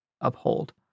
uphold